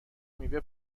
میوه